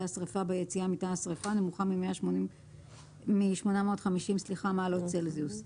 השריפה ביציאה מתא השריפה נמוכה מ-850 מעלות צלזיוס.